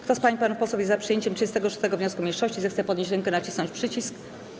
Kto z pań i panów posłów jest za przyjęciem 36. wniosku mniejszości, zechce podnieść rękę i nacisnąć przycisk.